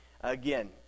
again